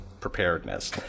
preparedness